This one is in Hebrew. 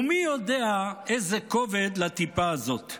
ומי יודע איזה כובד לטיפה הזאת.